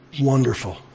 wonderful